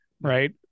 Right